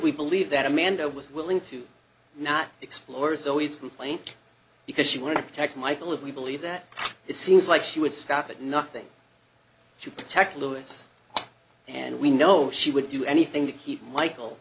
we believe that amanda was willing to not explorers always complaint because she wanted to protect michael and we believe that it seems like she would stop at nothing to protect louis and we know she would do anything to keep michael